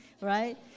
right